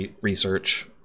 research